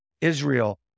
Israel